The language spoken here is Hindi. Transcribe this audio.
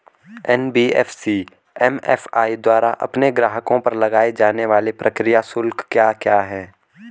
एन.बी.एफ.सी एम.एफ.आई द्वारा अपने ग्राहकों पर लगाए जाने वाले प्रक्रिया शुल्क क्या क्या हैं?